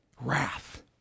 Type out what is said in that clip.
Wrath